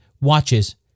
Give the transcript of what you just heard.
watches